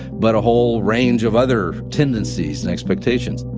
but a whole range of other tendencies and expectations.